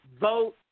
vote